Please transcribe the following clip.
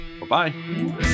Bye-bye